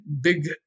big